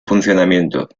funcionamiento